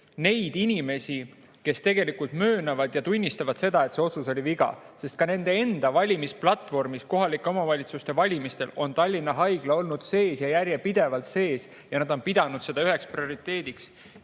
neid inimesi, kes tegelikult möönavad ja tunnistavad, et see otsus oli viga. Ka nende enda valimisplatvormis kohalike omavalitsuste valimistel on Tallinna Haigla olnud sees ja järjepidevalt sees ja nad on pidanud seda üheks prioriteediks.